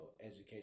education